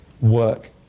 work